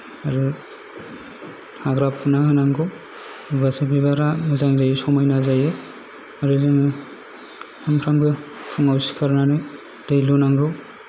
आरो हाग्रा फुना होनांगौ होनबासो बिबारआ मोजां जायो समायना जायो आरो जोङो सामफ्रामबो फुङाव सिखारनानै दै लुनांगौ